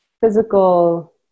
physical